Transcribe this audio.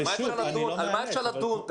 על מה אפשר לדון?